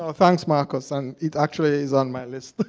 ah thanks, marcus. and it actually is on my list.